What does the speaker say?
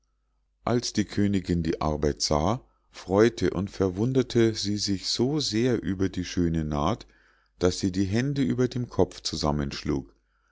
als die königinn die arbeit sah freu'te und verwunderte sie sich so sehr über die schöne naht daß sie die hände über dem kopf zusammenschlug